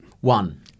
One